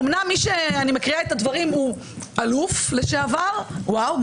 אומנם מי שאני מקריאה את הדברים שלו הוא אלוף לשעבר וואו,